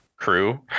Crew